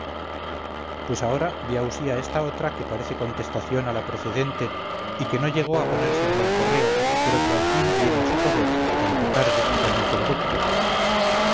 pues ahora vea usía esta otra que parece contestación a la precedente y que no llego a ponerse en el correo pero que al fin viene a su poder aunque tarde por mi conducto